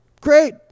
great